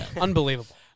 Unbelievable